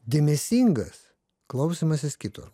dėmesingas klausymasis kito